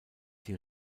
die